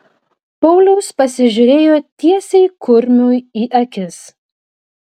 paulius pasižiūrėjo tiesiai kurmiui į akis